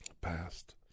past